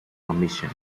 commission